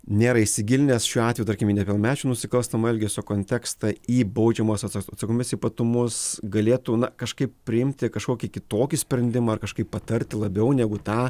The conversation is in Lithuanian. nėra įsigilinęs šiuo atveju tarkim į nepilnamečių nusikalstamo elgesio kontekstą į baudžiamosios atsakomybės ypatumus galėtų na kažkaip priimti kažkokį kitokį sprendimą ar kažkaip patarti labiau negu tą